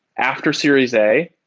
after series a,